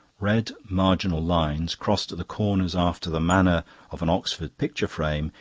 red marginal lines, crossed at the corners after the manner of an oxford picture frame,